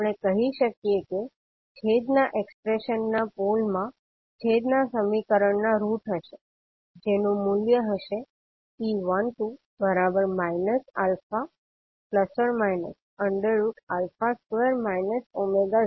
આપણે કહી શકીએ કે છેદ ના એક્સપ્રેશનના પોલમાં છેદ ના સમીકરણ ના રૂટ હશે જેનું મૂલ્ય હશે p12 ±2 02